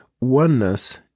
Oneness